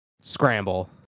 Scramble